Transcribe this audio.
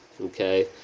Okay